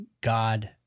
God